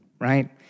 Right